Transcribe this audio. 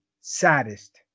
saddest